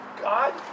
God